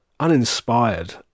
uninspired